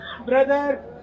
brother